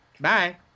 Bye